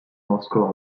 moscow